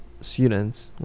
students